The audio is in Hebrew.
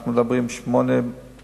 אנחנו מדברים על עשרה,